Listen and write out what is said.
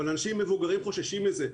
ואנשים מבוגרים חוששים מזה.